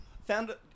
Found